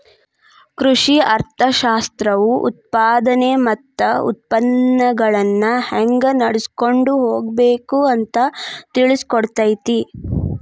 ಕೃಷಿ ಅರ್ಥಶಾಸ್ತ್ರವು ಉತ್ಪಾದನೆ ಮತ್ತ ಉತ್ಪನ್ನಗಳನ್ನಾ ಹೆಂಗ ನಡ್ಸಕೊಂಡ ಹೋಗಬೇಕು ಅಂತಾ ತಿಳ್ಸಿಕೊಡತೈತಿ